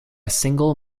single